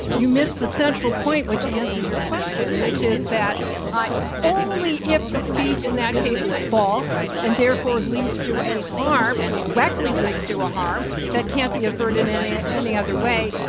you miss the central point which answers your question, which is that ah but only if the speech in that case is false and, therefore, it leads to a harm directly leads to a harm that can't be averted in any ah any other way,